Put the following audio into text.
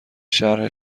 شرح